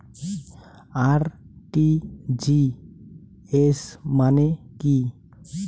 RTGS মানে কি?